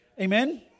Amen